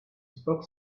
spoke